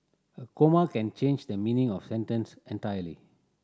a comma can change the meaning of sentence entirely